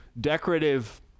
decorative